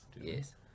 yes